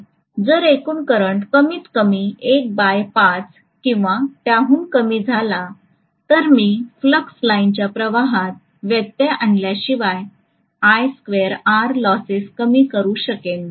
जर एकूण करंट कमीतकमी १ बाय ५ किंवा त्याहून कमी झाला तर मी फ्लक्स लाइन्सच्या प्रवाहात व्यत्यय आणल्याशिवाय I स्क्वेअर R लॉसेस कमी करू शकेन